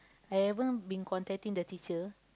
I haven't been contacting the teacher